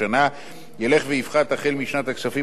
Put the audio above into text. ילך ויפחת החל משנת הכספים 2015,